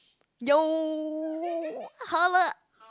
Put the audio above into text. yo hao le